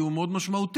כי הוא מאוד משמעותי,